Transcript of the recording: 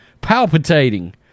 palpitating